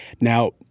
Now